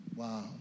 wow